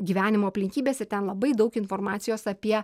gyvenimo aplinkybės ir ten labai daug informacijos apie